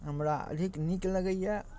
हमरा अधिक नीक लगैए